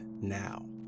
now